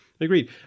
agreed